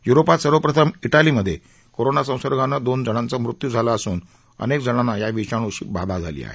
युरोपात सर्वप्रथम इटालीमधे कोरोना संसंगानं दोनजणांचा मृत्यू झाला असून अनेकजणांना या विषाणूची बाधा झाली आहे